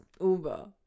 Uber